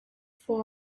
for